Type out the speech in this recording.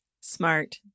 Smart